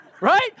Right